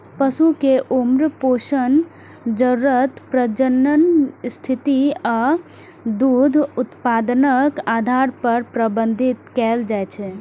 पशु कें उम्र, पोषण जरूरत, प्रजनन स्थिति आ दूध उत्पादनक आधार पर प्रबंधित कैल जाइ छै